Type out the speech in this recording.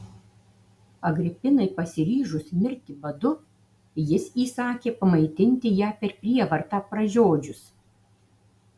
agripinai pasiryžus mirti badu jis įsakė pamaitinti ją per prievartą pražiodžius